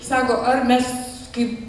sako ar mes kaip